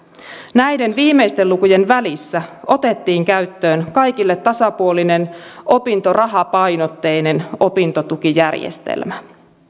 näiden viimeisten lukujen välissä otettiin käyttöön kaikille tasapuolinen opintorahapainotteinen opintotukijärjestelmä